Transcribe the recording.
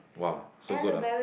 !wow! so good ah